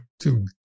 two